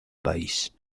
país